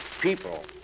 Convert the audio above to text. people